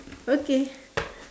okay